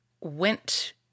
went